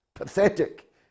Pathetic